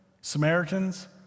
Samaritans